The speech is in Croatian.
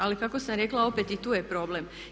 Ali kako sam rekla opet i tu je problem.